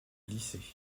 lycée